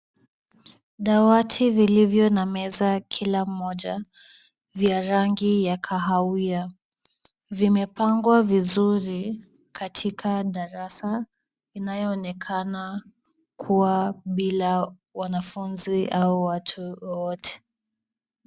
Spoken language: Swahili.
Dawati vilivyo na meza kila mmoja, vya rangi ya kahawia. Vimepangwa vizuri katika darasa inayoonekana kuwa bila wanafunzi au watu wowote.